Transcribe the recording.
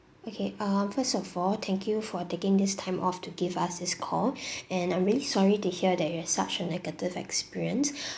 okay um first of all thank you for taking this time off to give us this call and I'm really sorry to hear that you have such a negative experience